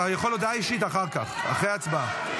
אתה יכול הודעה אישית אחר כך, אחרי ההצבעה.